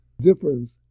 difference